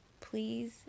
Please